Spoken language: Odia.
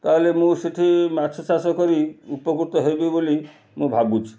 ତା'ହେଲେ ମୁଁ ସେଠି ମାଛ ଚାଷ କରି ଉପକୃତ ହେବି ବୋଲି ମୁଁ ଭାବୁଛି